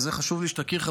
וזה חשוב לי שתכיר,